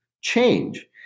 change